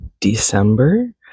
December